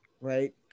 right